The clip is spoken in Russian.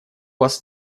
вас